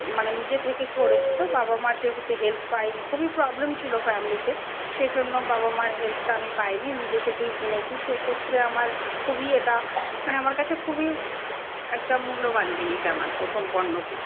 মানে নিজে থেকেই করেছি তো বাবা মার যেহেতু হেল্প পায়নি খুবই প্রবলেম ছিল ফ্যামিলিতে সেই জন্য বাবা মার হেল্পটা আমি পাইনি নিজে থেকেই কিনেছি সেক্ষেত্রে আমার খুবই এটা মানে আমার কাছে খুবই একটা মূল্যবান জিনিস আমার প্রথম পণ্যটি